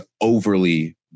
overly